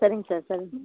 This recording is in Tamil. சரிங்க சார் சரிங்க சார்